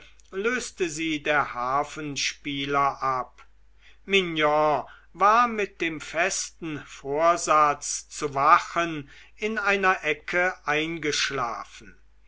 löste sie der harfenspieler ab mignon war mit dem festen vorsatz zu wachen in einer ecke eingeschlafen